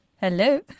Hello